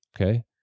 Okay